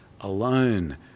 alone